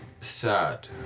sad